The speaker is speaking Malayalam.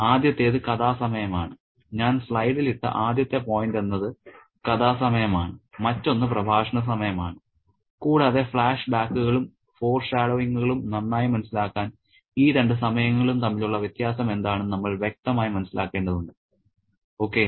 ആദ്യത്തേത് കഥാ സമയമാണ് ഞാൻ സ്ലൈഡിൽ ഇട്ട ആദ്യത്തെ പോയിന്റ് എന്നത് കഥാ സമയമാണ് മറ്റൊന്ന് പ്രഭാഷണ സമയം ആണ് കൂടാതെ ഫ്ലാഷ്ബാക്കുകളും ഫോർഷാഡോയിങ്ങുകളും നന്നായി മനസ്സിലാക്കാൻ ഈ രണ്ട് സമയങ്ങളും തമ്മിലുള്ള വ്യത്യാസം എന്താണെന്ന് നമ്മൾ വ്യക്തമായി മനസ്സിലാക്കേണ്ടതുണ്ട് ഓക്കേ